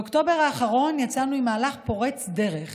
באוקטובר האחרון יצאנו במהלך פורץ דרך